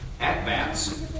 at-bats